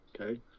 Okay